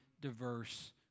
diverse